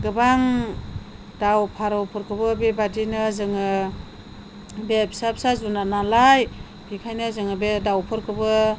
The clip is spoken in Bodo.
गोबां दाउ फारौफोरखौबो बेबायदिनो जोङो बे फिसा फिसा जुनार नालाय बेखायनो जोङो बे दाउफोरखौबो